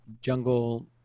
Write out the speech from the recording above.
jungle